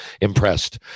impressed